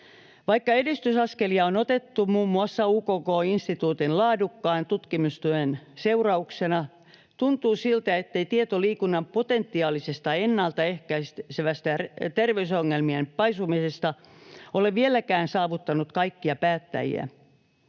Vaikka edistysaskelia on otettu muun muassa UKK-instituutin laadukkaan tutkimustyön seurauksena, tuntuu siltä, ettei tieto liikunnan potentiaalisesta terveysongelmien paisumisen ennaltaehkäisystä ole vieläkään saavuttanut kaikkia päättäjiä.